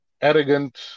arrogant